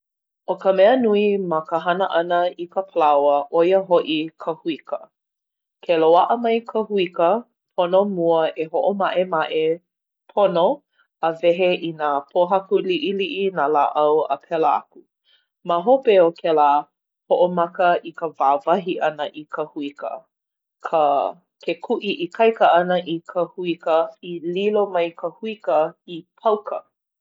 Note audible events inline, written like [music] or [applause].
ʻO ka mea nui ma ka hana ʻana i ka palaoa ʻo ia hoʻi ka huika. Ke loaʻa mai ka huika, pono mua e hoʻomaʻemaʻe [hesitation] pono, a wehe i nā pōhaku liʻiliʻi, nā lāʻau a pēlā aku. Ma hope o kēlā, hoʻomaka i ka wāwahi ʻana i ka huika. Ka [hesitation] ke kuʻi ikaika ʻana i ka huika i lilo mai ka huika i pauka.